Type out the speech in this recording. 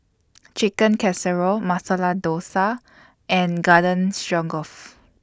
Chicken Casserole Masala Dosa and Garden Stroganoff